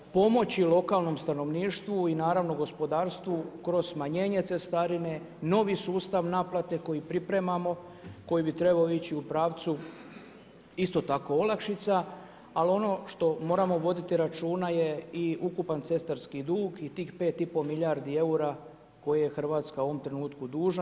Pomoći lokalnom stanovništvu i naravno gospodarstvu, kroz smanjenje cestarine, novi sustav naplate koji pripremamo, koji bi trebao ići u pravcu, isto tako olakšica, ali ono što moramo voditi računa je i ukupan cestarski dug i tih 5 i pol milijardi eura, koje Hrvatska u ovom trenutku dužna.